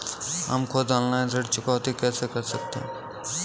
हम खुद ऑनलाइन ऋण चुकौती कैसे कर सकते हैं?